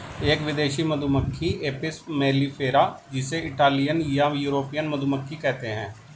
एक विदेशी मधुमक्खी एपिस मेलिफेरा जिसे इटालियन या यूरोपियन मधुमक्खी कहते है